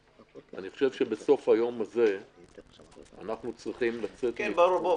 אני חושב שבסוף היום הזה אנחנו צריכים לצאת --- חבר'ה,